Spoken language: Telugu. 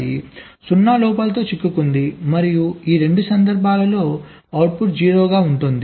0 లోపాలతో చిక్కుకుంది మరియు ఈ రెండు సందర్భాల్లో అవుట్పుట్ 0 గా ఉంది